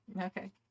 Okay